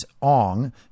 Ong